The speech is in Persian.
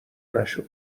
نشد